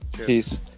peace